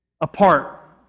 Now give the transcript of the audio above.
apart